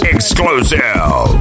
Exclusive